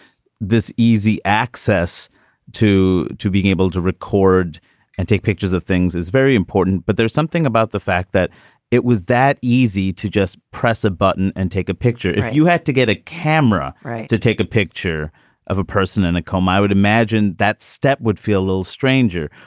this easy access to to being able to record and take pictures of things is very important. but there's something about the fact that it was that easy to just press a button and take a picture if you had to get a camera to take a picture of a person in a coma. i would imagine that step would feel a little stranger.